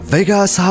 Vegas